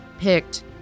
picked